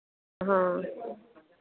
हाँ